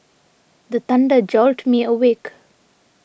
the thunder jolt me awake